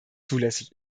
zulässig